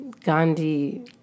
Gandhi